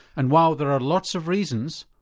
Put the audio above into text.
and while there are lots of reasons,